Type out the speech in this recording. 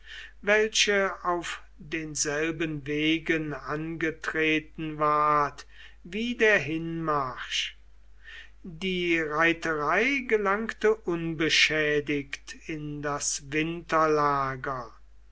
welche auf denselben wegen angetreten ward wie der hinmarsch die reiterei gelangte unbeschädigt in das